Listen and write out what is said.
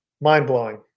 Mind-blowing